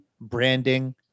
branding